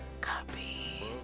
Copy